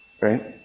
right